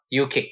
UK